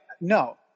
no